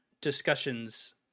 discussions